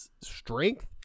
strength